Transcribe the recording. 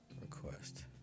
request